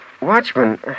Watchman